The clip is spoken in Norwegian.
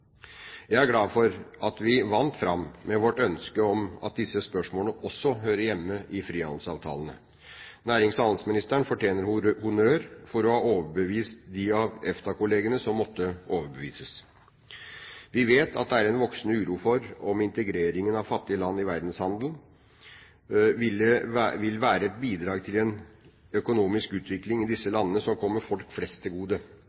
Jeg er glad for at vi vant fram med vårt ønske om at disse spørsmålene også hører hjemme i frihandelsavtalene. Nærings- og handelsministeren fortjener honnør for å ha overbevist de av EFTA-kollegene som måtte overbevises. Vi vet at det er en voksende uro for om integreringen av fattige land i verdenshandelen vil være et bidrag til en økonomisk utvikling i disse landene som kommer folk flest til gode.